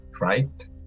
right